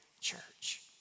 church